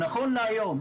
נכון להיום,